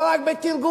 לא רק בתרגומן,